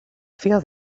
feel